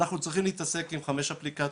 אנחנו צריכים להשתמש עם חמש אפליקציות,